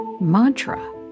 mantra